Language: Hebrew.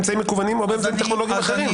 אמצעים מקוונים או באמצעים טכנולוגיים אחרים.